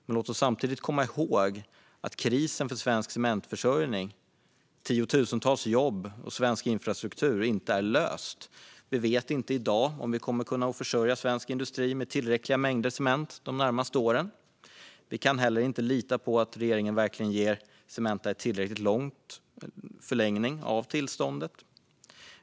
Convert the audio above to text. Låt oss dock samtidigt komma ihåg att krisen för svensk cementförsörjning, tiotusentals jobb och svensk infrastruktur inte är löst. Vi vet inte i dag om vi kommer att kunna försörja svensk industri med tillräckliga mängder cement de närmaste åren. Vi kan inte lita på att regeringen verkligen ger Cementa en tillräckligt lång förlängning av tillståndet.